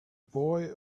boy